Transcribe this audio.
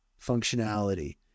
functionality